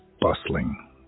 bustling